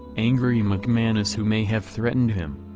angry mcmanus who may have threatened him.